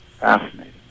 Fascinating